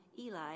Eli